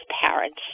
parents